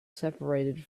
separated